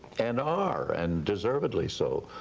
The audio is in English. and are and deservedly so,